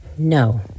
no